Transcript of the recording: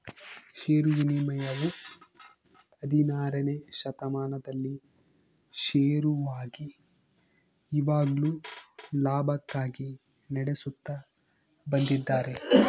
ಷೇರು ವಿನಿಮಯವು ಹದಿನಾರನೆ ಶತಮಾನದಲ್ಲಿ ಶುರುವಾಗಿ ಇವಾಗ್ಲೂ ಲಾಭಕ್ಕಾಗಿ ನಡೆಸುತ್ತ ಬಂದಿದ್ದಾರೆ